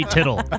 Tittle